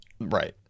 right